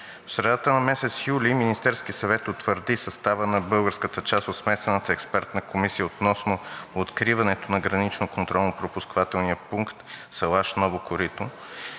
В средата на месец юли Министерският съвет утвърди състава на българската част от смесената експертна комисия относно откриване на Граничния контролно-пропускателен пункт Салаш – Ново Корито.